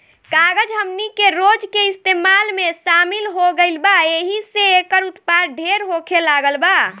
कागज हमनी के रोज के इस्तेमाल में शामिल हो गईल बा एहि से एकर उत्पाद ढेर होखे लागल बा